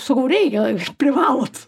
sakau reikia privalot